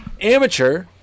amateur